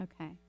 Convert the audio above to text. Okay